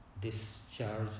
discharge